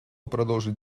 продолжить